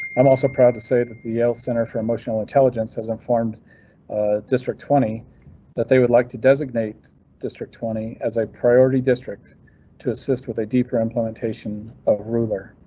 i'm also proud to say that the yale center for emotional intelligence has informed ah district twenty that they would like to designate district twenty as a priority district to assist with a deeper implementation of ruler.